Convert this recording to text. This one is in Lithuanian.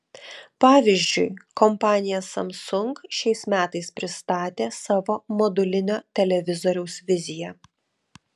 pavyzdžiui kompanija samsung šiais metais pristatė savo modulinio televizoriaus viziją